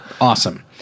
Awesome